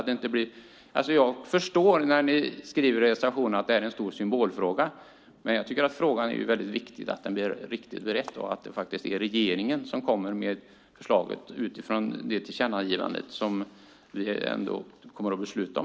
I reservationen beskrivs detta som en stor symbolfråga. Men jag tycker att det är viktigt att frågan blir riktigt beredd och att det är regeringen som kommer med förslag utifrån det tillkännagivande som vi här i dag kommer att besluta om.